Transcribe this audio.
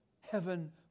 Heaven